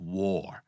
war